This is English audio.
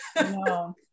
No